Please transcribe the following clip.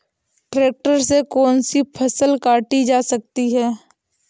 Tractor से कौन सी फसल काटी जा सकती हैं?